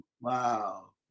wow